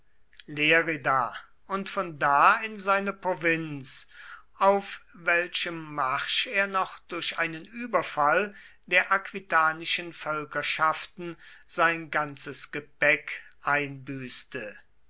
und von da in seine provinz auf welchem marsch er noch durch einen überfall der aquitanischen völkerschaften sein ganzes gepäck einbüßte